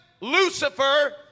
Lucifer